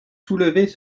soulevez